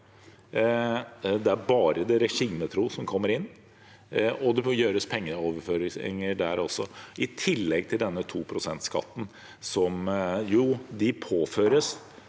det er bare de regimetro som kommer inn. Det gjøres pengeoverføringer der også, i tillegg til denne 2-prosentskatten som de påføres,